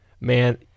man